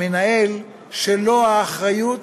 המנהל, שלו האחריות